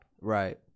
right